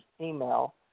email